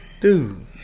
Dude